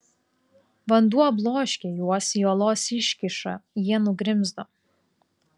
vanduo bloškė juos į uolos iškyšą jie nugrimzdo